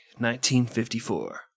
1954